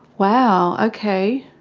wow, okay.